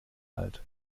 alt